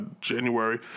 January